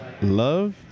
Love